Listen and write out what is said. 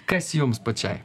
kas jums pačiai